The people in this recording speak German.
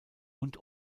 und